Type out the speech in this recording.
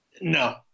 No